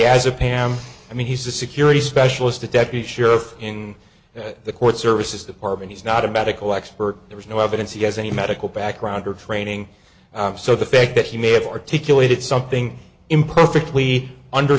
as a pam i mean he's a security specialist a deputy sheriff in the court services department he's not a medical expert there is no evidence he has any medical background or training so the fact that he may have articulated something imperfect